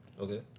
Okay